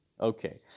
Okay